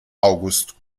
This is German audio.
august